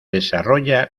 desarrolla